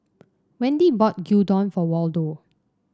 Wendi bought Gyudon for Waldo